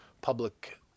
public